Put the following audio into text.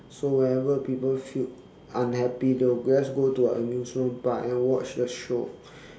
so whenever people feel unhappy they will just go to a amusement park and watch the show